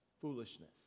foolishness